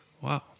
wow